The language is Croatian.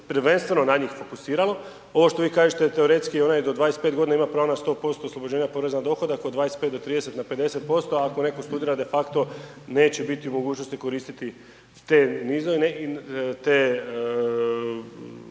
prvenstveno na njih fokusiralo. Ovo što vi kažete teoretski onaj do 25 godina ima pravo na 100% oslobođenja poreza na dohodak od 25 do 30 na 50%, ako neko studira de facto neće biti u mogućnosti koristiti te olakšice